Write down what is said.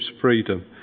freedom